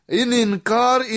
ininkar